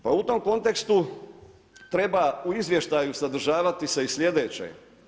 Pa u tom kontekstu treba u izvještaju sadržavati se i sljedeće.